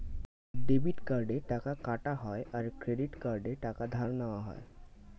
debit কার্ডে টাকা কাটা হয় আর ক্রেডিট কার্ডে টাকা ধার নেওয়া হয়